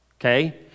okay